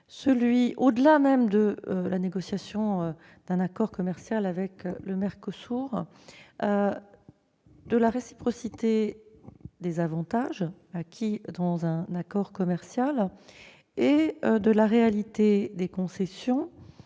au-delà même de la négociation d'un accord commercial avec le MERCOSUR, à savoir la réciprocité des avantages acquis dans un accord commercial et la réalité des concessions